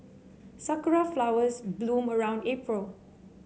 sakura flowers bloom around April